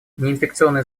неинфекционные